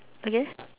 again